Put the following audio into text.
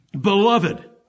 Beloved